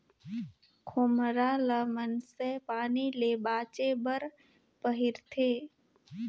खोम्हरा ल मइनसे पानी ले बाचे बर पहिरथे